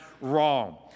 wrong